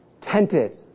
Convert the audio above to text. tented